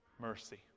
mercy